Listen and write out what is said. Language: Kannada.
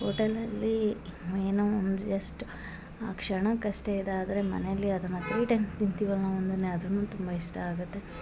ಓಟಲ್ನಲ್ಲಿ ಏನೋ ಒಂದು ಜಸ್ಟ್ ಆ ಕ್ಷಣಕ್ಕೆ ಅಷ್ಟೆ ಇದಾದರೆ ಮನೇಲಿ ಅದನ್ನ ತ್ರೀ ಟೈಮ್ ತಿಂತಿವಲ್ಲ ನಾವು ಅದನ್ನೇ ಅದನ್ನೂ ತುಂಬ ಇಷ್ಟ ಆಗುತ್ತೆ